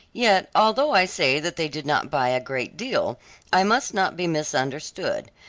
yet although i say that they did not buy a great deal i must not be misunderstood.